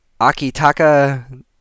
Akitaka